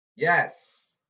Yes